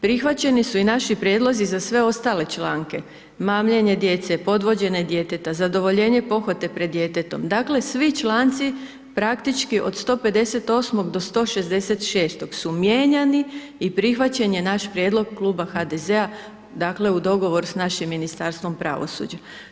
Prihvaćeni su i naši prijedlozi za sve ostale članke, mamljenje djece, podvođenje djeteta, zadovoljenje pohote pred djetetom, dakle svi članci praktički od 158. do 166. su mijenjani i prihvaćen je naš prijedlog Kluba HDZ-a dakle u dogovoru sa našim Ministarstvom pravosuđa.